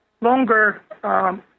longer